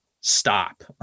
stop